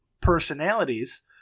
personalities